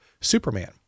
Superman